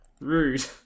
Rude